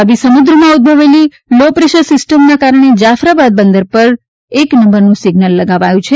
અરબી સમુદ્રમાં ઉદભવેલી લો પ્રેશર સિસ્ટમના કારણે જાફરાબાદ બંદર પર એક નંબરનું સિઝનલ લગાવાયું છે